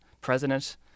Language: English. president